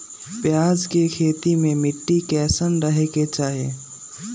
प्याज के खेती मे मिट्टी कैसन रहे के चाही?